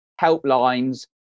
helplines